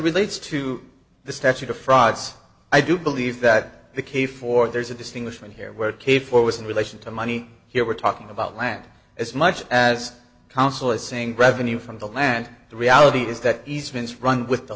relates to the statute of frauds i do believe that the case for there's a distinguishment here where k four was in relation to money here we're talking about land as much as council is saying revenue from the land the reality is that